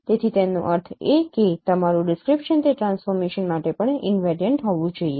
તેથી તેનો અર્થ એ કે તમારું ડિસ્ક્રિપ્શન તે ટ્રાન્સફોર્મેશન માટે પણ ઈનવેરિયન્ટ હોવું જોઈએ